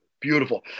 Beautiful